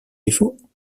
défauts